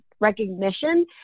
recognition